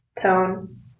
tone